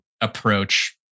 approach